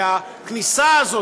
והכניסה הזאת,